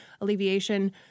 alleviation